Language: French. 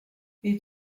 les